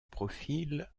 profil